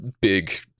big